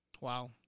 Wow